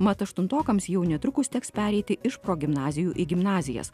mat aštuntokams jau netrukus teks pereiti iš progimnazijų į gimnazijas